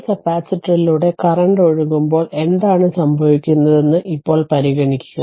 ഒരു കപ്പാസിറ്ററിലൂടെ കറന്റ് ഒഴുകുമ്പോൾ എന്താണ് സംഭവിക്കുന്നതെന്ന് ഇപ്പോൾ പരിഗണിക്കുക